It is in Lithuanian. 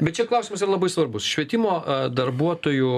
bet čia klausimas yra labai svarbus švietimo darbuotojų